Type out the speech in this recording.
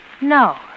No